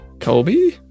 Kobe